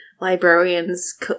librarians